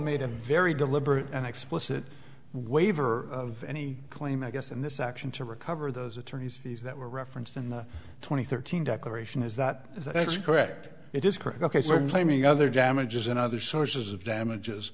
made a very deliberate and explicit waiver of any claim i guess in this action to recover those attorney's fees that were referenced in the twenty thirteen declaration is that that's correct it is critical case for blaming other damages and other sources of damages